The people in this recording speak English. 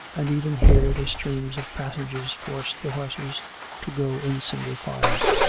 and even here the streams of passengers forced the horses to go in single file.